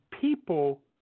people